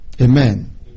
Amen